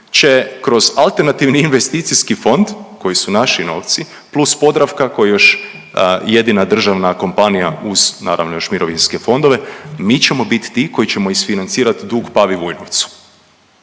će kroz alternativni investicijski fond koji su naši novci plus Podravka koja je još jedina državna kompanija, uz naravno još mirovinske fondove, mi ćemo biti ti koji ćemo isfinancirati dug Pavi Vujnovcu.